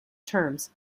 terms